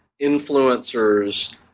influencers